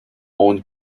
owned